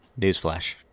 Newsflash